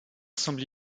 semble